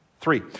Three